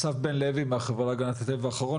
אסף בן לוי מהחברה להגנת הטבע אחרון,